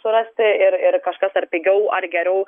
surasti ir ir kažkas ar pigiau ar geriau